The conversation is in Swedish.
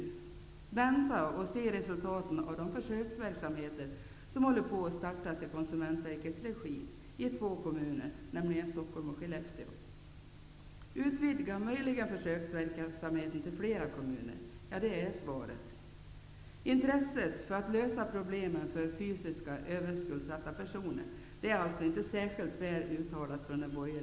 Vänta och se resultaten av de försöksverksamheter som håller på att startas i Stockholm och Skellefteå. Utvidga möjligen försöksverksamheten till flera kommuner. - Det är svaret. Intresset från den borgerliga sidan för att lösa problemen för fysiska, överskuldsatta personer är alltså inte särskilt uttalat.